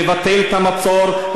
לבטל את המצור,